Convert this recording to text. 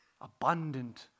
Abundant